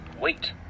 wait